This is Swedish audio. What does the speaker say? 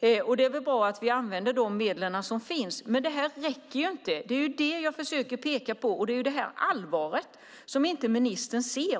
Det är bra att vi använder de medel som finns, men det räcker inte. Det är det jag försöker peka på, och det är allvaret i detta som ministern inte ser.